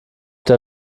der